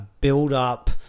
build-up